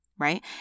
Right